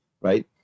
right